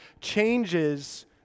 changes